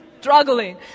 struggling